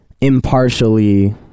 impartially